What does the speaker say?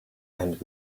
and